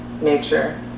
nature